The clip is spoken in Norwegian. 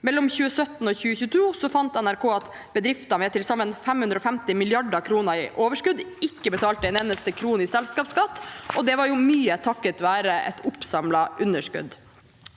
Mellom 2017 og 2022 fant NRK at bedrifter med til sammen 550 mrd. kr i overskudd ikke betalte en eneste krone i selskapsskatt, og det var mye takket være et oppsamlet underskudd.